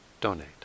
donate